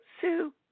Sue